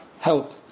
help